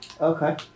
Okay